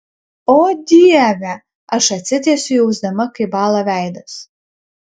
o dieve aš atsitiesiu jausdama kaip bąla veidas